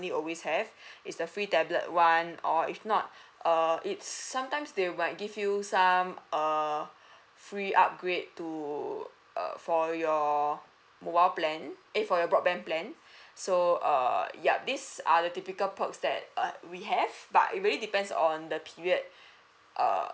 always have is the free tablet one or if not err it sometimes they will like give you some err free upgrade to err for your mobile plan eh for your broadband plan so err yup these are the typical perks that uh we have but it really depends on the period err